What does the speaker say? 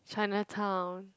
Chinatown